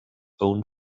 own